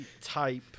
type